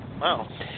Wow